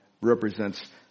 Represents